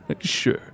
Sure